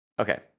Okay